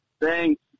Thanks